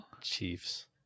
Chiefs